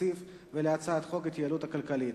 התקציב ולהצעת חוק ההתייעלות הכלכלית.